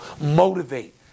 Motivate